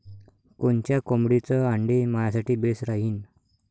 कोनच्या कोंबडीचं आंडे मायासाठी बेस राहीन?